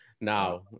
now